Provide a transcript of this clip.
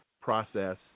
process